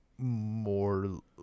More